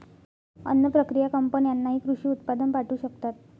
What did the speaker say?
अन्न प्रक्रिया कंपन्यांनाही कृषी उत्पादन पाठवू शकतात